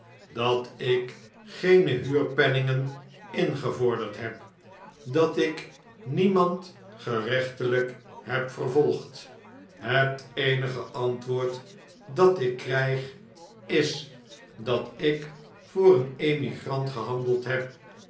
dat ik geene huurpenningen ingevorderd heb dat ik niemand gerechteliik heb vervolgd het eenige antwoord dat ik krjjg is dat ik voor een emigrant gehandeld heb